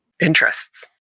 Interests